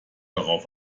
darauf